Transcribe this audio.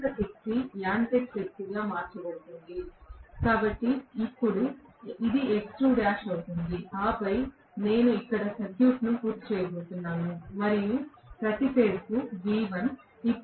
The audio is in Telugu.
మరింత శక్తి యాంత్రిక శక్తిగా మార్చబడుతుంది కాబట్టి ఇప్పుడు ఇది X2' అవుతుంది ఆపై నేను ఇక్కడ సర్క్యూట్ను పూర్తి చేయబోతున్నాను మరియు ఇది ప్రతి ఫేజ్కు V1